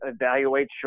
evaluate